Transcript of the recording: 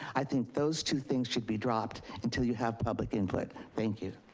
i think those two things should be dropped until you have public input. thank you.